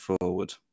forward